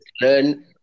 learn